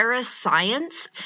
science